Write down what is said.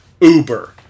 Uber